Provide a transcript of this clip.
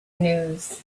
news